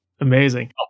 amazing